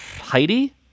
Heidi